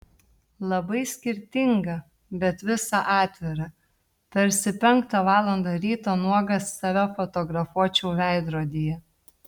labai skirtinga bet visa atvira tarsi penktą valandą ryto nuogas save fotografuočiau veidrodyje